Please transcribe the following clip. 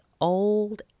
old